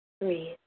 breathe